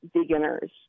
beginners